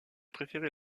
préférait